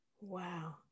Wow